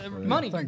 money